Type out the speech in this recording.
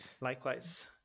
Likewise